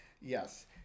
Yes